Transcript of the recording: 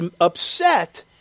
upset